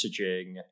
messaging